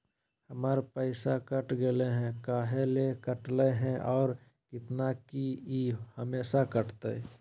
हमर पैसा कट गेलै हैं, काहे ले काटले है और कितना, की ई हमेसा कटतय?